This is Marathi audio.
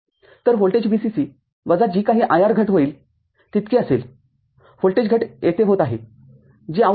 तर व्होल्टेज VCC वजा जी काही IR घट होईल तितके असेल व्होल्टेज घट येथे होत आहे जी आवश्यक ३